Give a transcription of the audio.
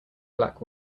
black